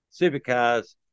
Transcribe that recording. supercars